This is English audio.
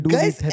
Guys